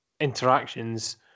interactions